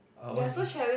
uh what's it